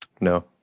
No